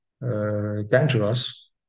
dangerous